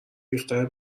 ریختن